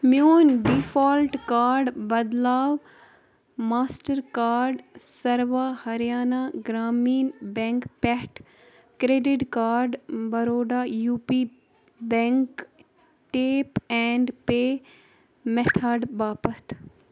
میون default card بدلاو master card Sarva Haryana Gramin bank پٮ۪ٹھ credit card Baroda U P bank tap and pay method باپتھ